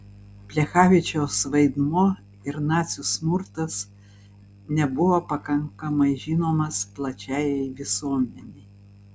plechavičiaus vaidmuo ir nacių smurtas nebuvo pakankamai žinomas plačiajai visuomenei